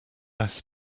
less